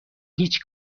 هیچ